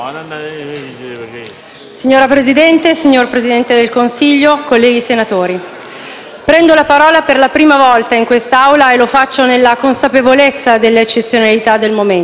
Signor Presidente, signor Presidente del Consiglio, colleghi senatori, prendo la parola per la prima volta in quest'Aula e lo faccio nella consapevolezza dell'eccezionalità del momento.